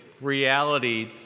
reality